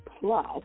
plus